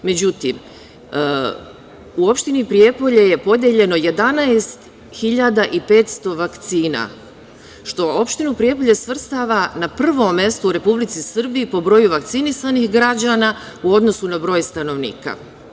Međutim, u opštini Prijepolje je podeljeno 11.500 vakcina, što opštinu Prijepolje svrstava na prvom mestu u Republici Srbiji po broju vakcinisanih građana u odnosu na broj stanovnika.